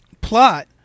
plot